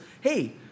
hey